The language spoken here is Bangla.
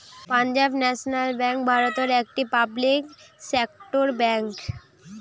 পাঞ্জাব ন্যাশনাল বেঙ্ক ভারতের একটি পাবলিক সেক্টর বেঙ্ক